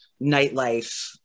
nightlife